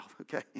okay